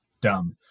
dumb